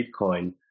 Bitcoin